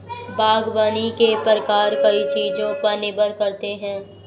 बागवानी के प्रकार कई चीजों पर निर्भर करते है